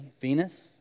Venus